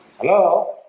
Hello